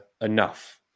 enough